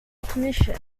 permission